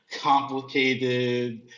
complicated